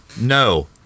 no